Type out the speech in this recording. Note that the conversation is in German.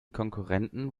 konkurrenten